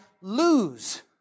lose